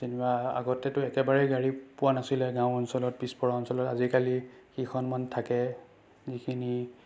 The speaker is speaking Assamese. যেনিবা আগতেতো একেবাৰে গাড়ী পোৱা নাছিলে গাঁও অঞ্চলত পিছপৰা অঞ্চলত আজিকালি কেইখনমান থাকে যিখিনি